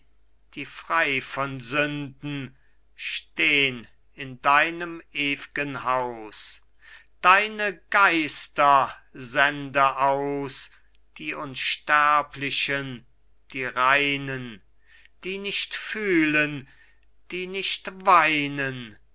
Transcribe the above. die frei von sünden stehn in deinem ewgen haus deine geister sende aus die unsterblichen die reinen die nicht fühlen die nicht weinen